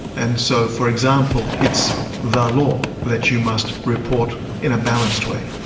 and so for example, it's the law that you must report in a balanced way.